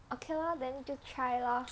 okay lor then 就 try lor